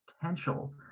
potential